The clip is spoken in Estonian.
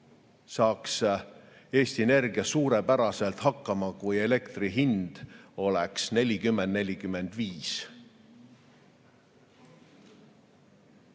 saaks Eesti Energia suurepäraselt hakkama, kui elektri hind oleks 40–45